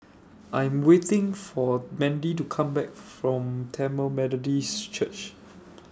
I Am waiting For Mandy to Come Back from Tamil Methodist Church